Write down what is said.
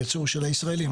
הייצור של הישראלים.